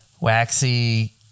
waxy